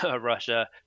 Russia